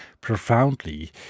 profoundly